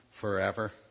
forever